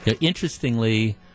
Interestingly